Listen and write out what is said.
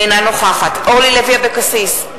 אינה נוכחת אורלי לוי אבקסיס,